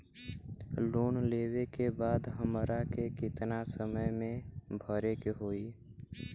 Loan लेवे के बाद हमरा के कितना समय मे भरे के होई?